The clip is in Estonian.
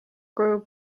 koju